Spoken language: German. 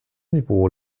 niveau